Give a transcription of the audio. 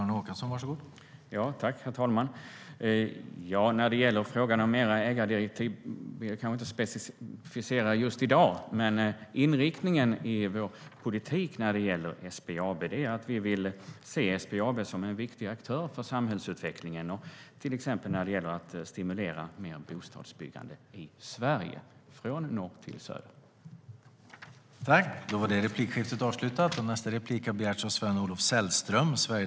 Herr talman! När det gäller frågan om mer ägardirektiv kan jag inte specificera det just i dag. Men inriktningen i vår politik för SBAB är att vi vill se dem som en viktig aktör för samhällsutvecklingen, till exempel när det gäller att stimulera mer bostadsbyggande i Sverige från norr till söder.